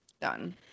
done